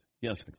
Yes